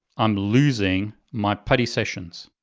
i'm losing my putty sessions.